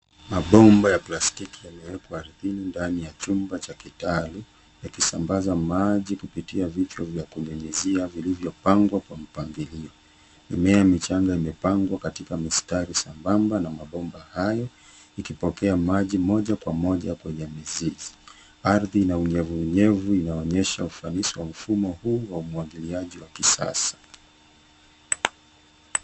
Mabomba ya plastiki yamewekwa ardhini ndani ya chumba cha kitaalum yakisambaza maji kupitia vichwa vya kunyunyizia vilivyopangwa kwa mpangilio. Mimea michanga imepangwa katika mistari sambamba na mabomba hayo yakipokea maji moja kwa moja kwenye mizizi. Ardhi ina unyevu unyevu inaonyesha ufanisi wa mfumo huu wa umwagiliaji wa kisasa.